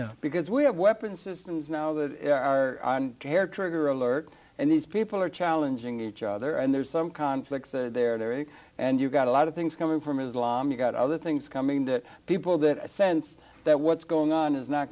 now because we have weapons systems now that are on hair trigger alert and these people are challenging each other and there's some conflicts there and you've got a lot of things coming from islam you've got other things coming that people that sense that what's going on is not